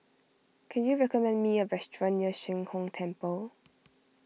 can you recommend me a restaurant near Sheng Hong Temple